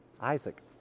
Isaac